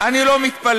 אני לא מתפלא.